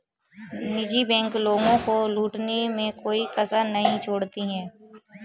निजी बैंक लोगों को लूटने में कोई कसर नहीं छोड़ती है